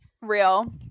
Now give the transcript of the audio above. Real